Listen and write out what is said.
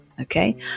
Okay